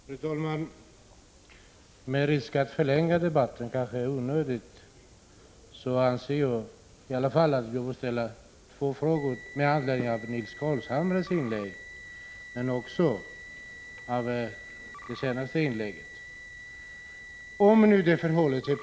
Fru talman! Med risk att förlänga debatten måste jag få ställa två frågor med anledning av Nils Carlshamres inlägg men också med anledning av det senaste inlägget.